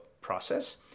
process